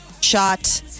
shot